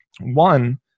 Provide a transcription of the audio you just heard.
One